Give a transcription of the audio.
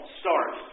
start